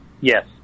Yes